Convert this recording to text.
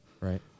right